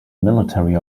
military